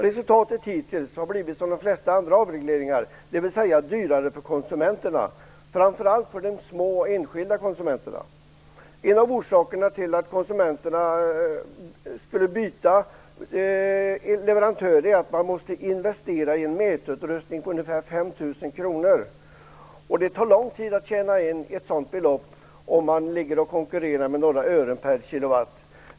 Resultatet hittills är, som när det gäller de flesta andra avregleringar: Det har blivit dyrare för konsumenterna, framför allt för små och enskilda konsumenter. En av orsakerna till att konsumenterna skulle byta leverantör är att man måste investera i en mätutrustning som kostar ungefär 5 000 kronor. Det tar lång tid att tjäna in ett sådant belopp om konkurrensen gäller några ören per kilowatt.